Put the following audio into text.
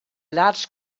large